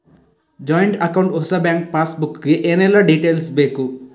Joint account ಹೊಸ bank passbook ಗೆ ಏನೆಲ್ಲ ಡೀಟೇಲ್ಸ್ ಬೇಕು?